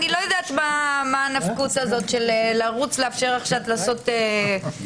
אני לא יודעת מה הנפקות הזאת לרוץ לאפשר לעשות את זה.